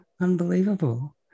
unbelievable